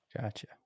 Gotcha